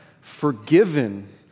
forgiven